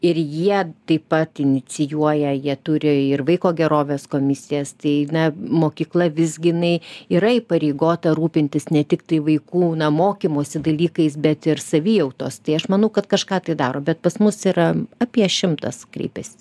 ir jie taip pat inicijuoja jie turi ir vaiko gerovės komisijas tai na mokykla visgi jinai yra įpareigota rūpintis ne tiktai vaikų na mokymosi dalykais bet ir savijautos tai aš manau kad kažką tai daro bet pas mus yra apie šimtas kreipiasi